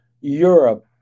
Europe